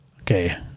Okay